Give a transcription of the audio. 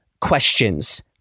questions